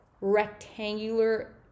rectangular